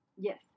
yes